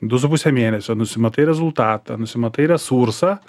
du su puse mėnesio nusimatai rezultatą nusimatai resursą